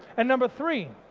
and number three,